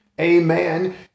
amen